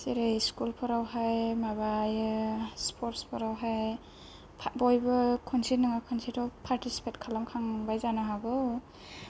जेरै स्कुल फोरावहाय माबायो स्पर्टस फोरावहाय बयबो खनसे नङा खोनसेथ' पार्टिसिपेट खालामखांबाय जानो हागौ